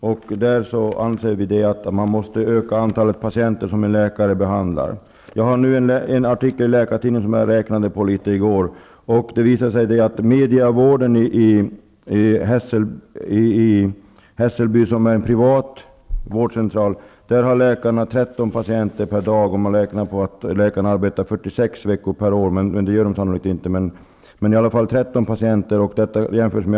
Där anser vi att man måste öka antalet patienter som en läkare behandlar. Jag läste en artikel i Läkartidningen. Jag gjorde litet beräkningar, och det visade sig att i MediVården i 13 patienter per dag, om man räknar med att läkarna arbetar 46 veckor per år, vilket de sannolikt inte gör.